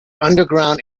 underground